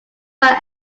found